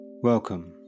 Welcome